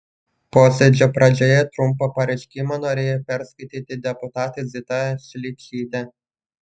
posėdžio pradžioje trumpą pareiškimą norėjo perskaityti deputatė zita šličytė